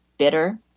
bitter